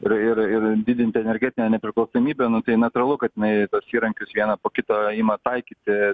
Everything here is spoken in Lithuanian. ir ir ir didinti energetinę nepriklausomybę nu tai natūralu kad jinai tuos įrankius vieną po kito ima taikyti